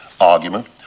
argument